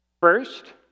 First